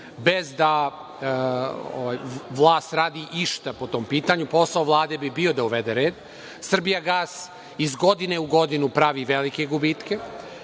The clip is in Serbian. bez da vlast radi išta po tom pitanju. Posao Vlade bi bio da uvede red. „Srbijagas“ iz godine u godinu pravi velike gubitke.